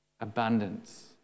abundance